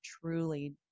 truly